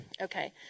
Okay